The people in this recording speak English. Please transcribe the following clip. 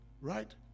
right